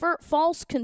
false